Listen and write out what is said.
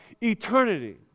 eternity